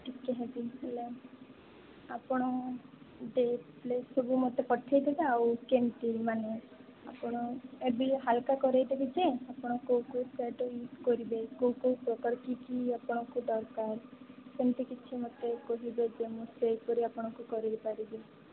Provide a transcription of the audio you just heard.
ଟିକେ ହେଭି ହେଲେ ଆପଣ ମୋତେ ସବୁ ପଠେଇ ଦେବେ ଆଉ କେମିତି ମାନେ ଆପଣ ହାଲକା କରେଇ ଦେବି ଯେ ଆପଣ କୋଉ କୋଉ ସ୍ୟାଡୋ ୟୁଜ କରିବେ କୋଉ କୋଉ ପ୍ରକାର କି କି ଆପଣଙ୍କୁ ଦରକାର ସେମିତି କିଛି ମୁଁ କରେଇ ଦେଇ ପାରିବି